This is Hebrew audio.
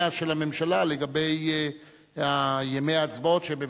של הממשלה לגבי ימי ההצבעות שהם מבקשים.